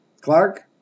clark